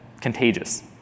contagious